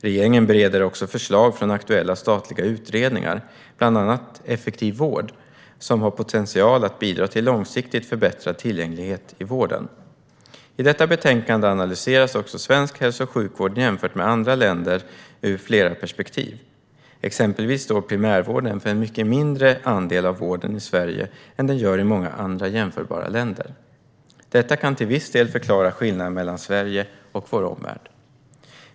Regeringen bereder också förslag från aktuella statliga utredningar, bland annat Effektiv vård , som har potential att bidra till långsiktigt förbättrad tillgänglighet i vården. I detta betänkande analyseras också svensk hälso och sjukvård jämfört med andra länders ur flera perspektiv. Exempelvis står primärvården för en mycket mindre andel av vården i Sverige än den gör i många andra jämförbara länder. Detta kan till viss del förklara skillnaderna mellan Sverige och vår omvärld.